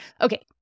Okay